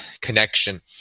connection